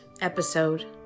episode